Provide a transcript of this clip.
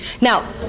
Now